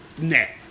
net